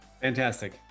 Fantastic